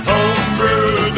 Homebrew